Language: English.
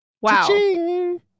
wow